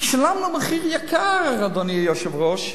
שילמנו מחיר יקר, אדוני היושב-ראש,